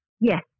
Yes